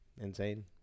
Insane